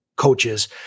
coaches